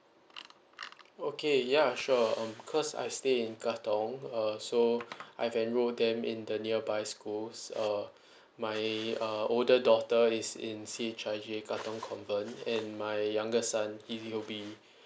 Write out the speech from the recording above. okay yeah sure um because I stay in katong uh so I've enrolled them in the nearby schools uh my uh older daughter is in C_H_I_J katong convent and my younger son he will be